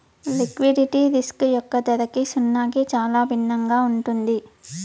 liquidity risk యొక్క ధరకి సున్నాకి చాలా భిన్నంగా ఉంటుంది